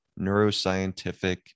neuroscientific